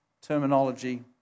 terminology